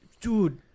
dude